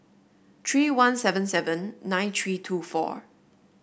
three one seven seven nine three two four